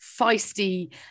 feisty